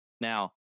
Now